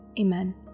Amen